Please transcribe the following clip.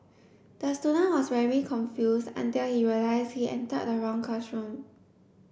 the student was very confused until he realised he entered the wrong classroom